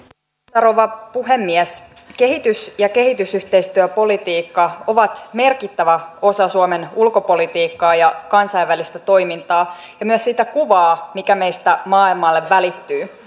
rouva puhemies kehitys ja kehitysyhteistyöpolitiikka ovat merkittävä osa suomen ulkopolitiikkaa ja kansainvälistä toimintaa ja myös sitä kuvaa mikä meistä maailmalle välittyy